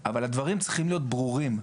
אבל הדברים צריכים להיות ברורים.